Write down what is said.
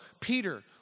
Peter